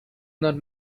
not